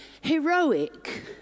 heroic